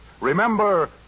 remember